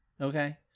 Okay